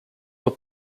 were